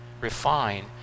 refine